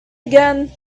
again